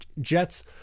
Jets